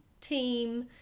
team